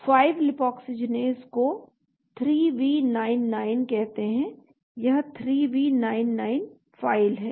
5 lipoxygenase को 3v99 कहते हैं यह 3v99 फाइल है